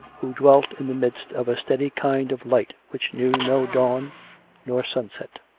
who dwelt in the midst of a steady kind of light which knew no dawn nor sunset.